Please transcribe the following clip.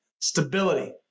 Stability